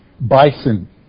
bison